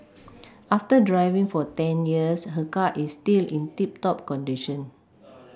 after driving for ten years her car is still in tip top condition